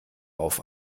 auf